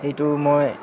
এইটো মই